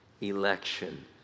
election